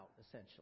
essentially